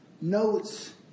notes